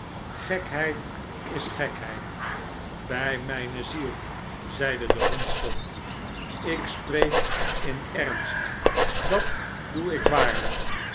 gekjheid is gekheid bij mijnel ziel zeide de hondsvot ik spreek in ernst dat doe ik waarlijk